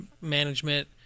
management